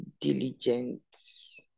diligence